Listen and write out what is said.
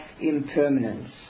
impermanence